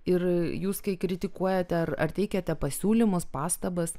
ir jūs kai kritikuojate ar teikiate pasiūlymus pastabas